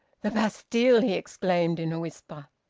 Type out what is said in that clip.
the bastille! he exclaimed, in a whisper,